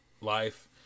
life